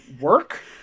Work